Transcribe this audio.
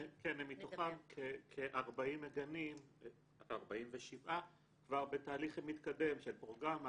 מתוכם, כ-47 גנים כבר בתהליך מתקדם של פרוגרמה,